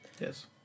Yes